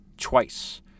twice